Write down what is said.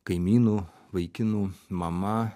kaimynų vaikinų mama